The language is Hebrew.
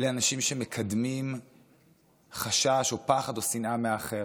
לאנשים שמקדמים חשש או פחד או שנאה מהאחר?